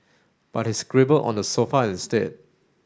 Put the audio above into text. but he scribbled on the sofa instead